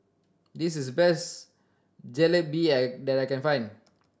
this is the best Jalebi I that I can find